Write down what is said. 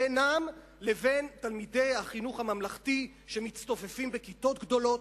בינם לבין תלמידי החינוך הממלכתי שמצטופפים בכיתות גדולות,